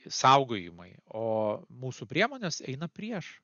išsaugojimui o mūsų priemonės eina prieš